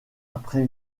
après